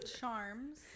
Charms